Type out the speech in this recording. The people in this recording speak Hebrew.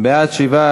(תיקון מס' 61)